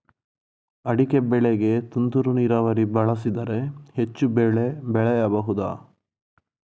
ಅಡಿಕೆ ಬೆಳೆಗೆ ತುಂತುರು ನೀರಾವರಿ ಬಳಸಿದರೆ ಹೆಚ್ಚು ಬೆಳೆ ಬೆಳೆಯಬಹುದಾ?